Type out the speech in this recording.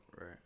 Right